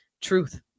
truth